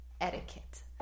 etiquette